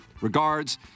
Regards